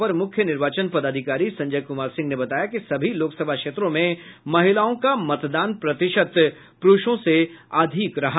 अपर मुख्य निर्वाचन पदाधिकारी संजय कुमार सिंह ने बताया कि सभी लोकसभा क्षेत्रों में महिलाओं का मतदान प्रतिशत पुरूषों से अधिक रहा